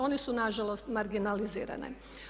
One su na žalost marginalizirane.